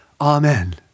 Amen